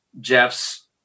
Jeff's